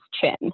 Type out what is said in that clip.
chin